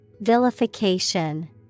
Vilification